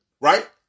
right